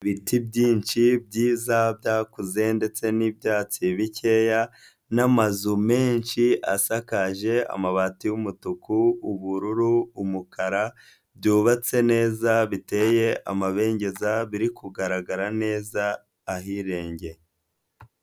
ibiti byinshi byiza byakuze ndetse n'ibyatsi bikeya n'amazu menshi asakaje amabati y'umutuku, ubururu, umukara, byubatse neza biteye amabengeza, biri kugaragara neza, ahirengeye.